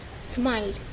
smiled